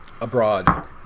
abroad